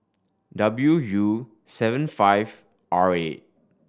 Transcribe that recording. W U seven five R eight